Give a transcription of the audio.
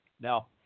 Now